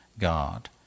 God